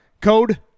Code